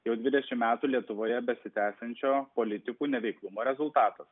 jau dvidešimt metų lietuvoje besitęsiančio politikų neveiklumo rezultatas